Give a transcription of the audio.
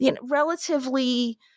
relatively